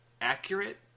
accurate